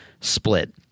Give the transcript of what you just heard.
split